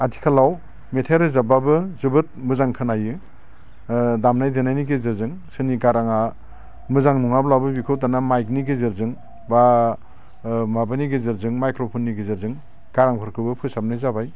आथिखालाव मेथाइ रोजाबब्लाबो जोबोद मोजां खोनायो ओ दामनाय देनायनि गेजेरजों सोरनि गाराङा मोजां नङाब्लाबो बेखौ दाना माइकनि गेजेरजों बा माबानि गेजेरजों माइक्रफननि गेजेरजों गरांफोरखौबो फोसाबनाय जाबाय